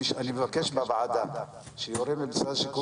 אני מבקש מהוועדה שיורה למשרד השיכון